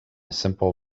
simple